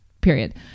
period